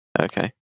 Okay